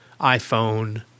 iPhone